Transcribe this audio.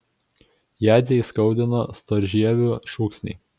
jadzę įskaudino storžievių šūksniai